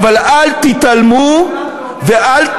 אדוני השר,